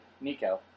Nico